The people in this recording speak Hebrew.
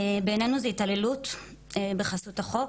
בעינינו זו התעללות בחסות החוק.